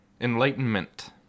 Enlightenment